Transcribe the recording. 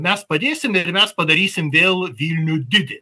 mes padėsime ir mes padarysim vėl vilnių didį